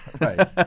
Right